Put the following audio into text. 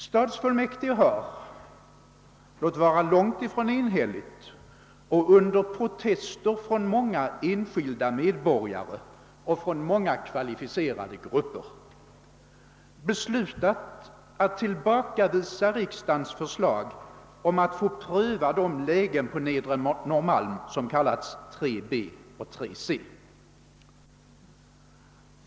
Stadsfullmäktige har — låt vara långtifrån enhälligt och under protester från många enskilda medborgare och från många kvalificerade grupper — beslutat avvisa riksdagens förslag att få pröva de lägen på Nedre Norrmalm som kallats 3 b och 3 c.